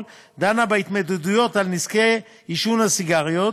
דנה בהתמודדויות עם נזקי עישון הסיגריות,